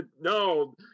no